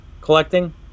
collecting